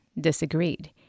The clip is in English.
disagreed